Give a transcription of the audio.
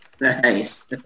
Nice